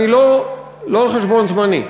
לא על חשבון זמני.